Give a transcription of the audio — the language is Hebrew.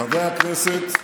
חברי הכנסת,